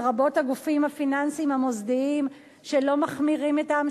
לרבות הגופים הפיננסיים המוסדיים שלא מחמירים אתם,